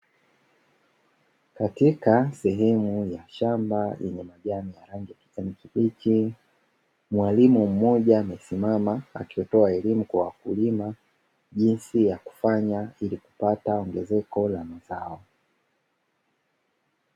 Katika sehemu ya shamba lenye majani ya rangi ya kijani kibichi, mwalimu mmoja amesimama akitoa elimu kwa wakulima jinsi ya kufanya ili kupata ongezeko la mazao.